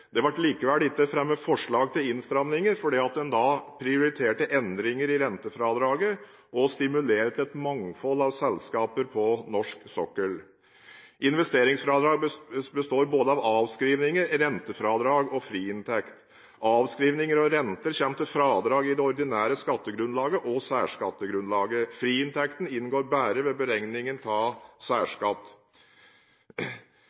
Det ble likevel ikke fremmet forslag til innstramminger fordi man da prioriterte endringer i rentefradraget og å stimulere til et mangfold av selskaper på norsk sokkel. Investeringsfradraget består av både avskrivninger, rentefradrag og friinntekt. Avskrivninger og renter kommer til fradrag i det ordinære skattegrunnlaget og særskattegrunnlaget. Friinntekten inngår bare ved beregningen av